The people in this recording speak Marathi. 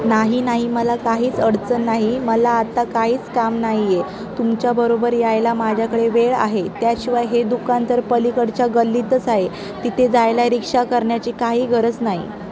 नाही मला काहीच अडचण नाही मला आत्ता काहीच काम नाही आहे तुमच्याबरोबर यायला माझ्याकडे वेळ आहे त्याशिवाय हे दुकान तर पलीकडच्या गल्लीतच आहे तिथे जायला रिक्षा करण्याची काही गरज नाही